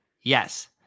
Yes